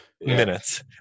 minutes